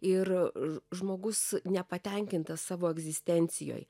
ir žmogus nepatenkintas savo egzistencijoj